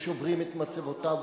ושוברים את מצבותיו,